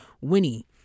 winnie